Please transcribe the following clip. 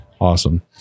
awesome